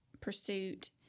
pursuit